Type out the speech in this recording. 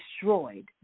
destroyed